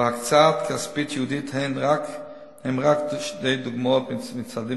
והקצאה כספית ייעודית הן רק שתי דוגמאות לצעדים